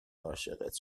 عاشقت